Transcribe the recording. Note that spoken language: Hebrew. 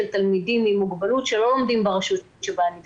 תלמידים עם מוגבלות שלא לומדים ברשות שבה הם מתגוררים,